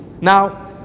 Now